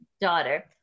daughter